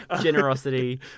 Generosity